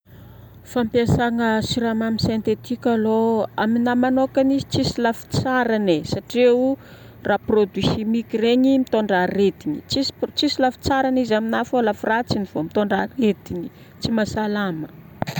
Fampiasagna siramamy sentetika alôha aminahy manokagna izy tsisy lafy tsarany e.satria io raha produit chimique regny mitondra aretigna. Tsisy- tsisy lafy tsarany izy aminahy fô lafy ratsiny fogna. Mitondra aretigny, tsy mahasalama.